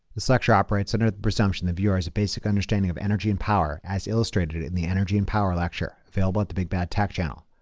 the sector operates under the presumption the viewer as a basic understanding of energy and power. as illustrated in the energy and power lecture available at the big bad tech channel.